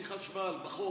בלי חשמל בחורף.